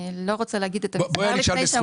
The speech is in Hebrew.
אני לא רוצה להגיד לפני שהמנכ"ל